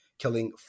killing